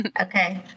Okay